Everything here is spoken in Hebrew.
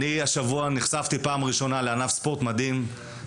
אני השבוע נחשפתי פעם ראשונה לענף ספורט מדהים,